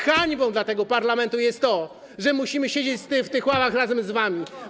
Hańbą dla tego parlamentu jest to, że musimy siedzieć w tych ławach razem z wami.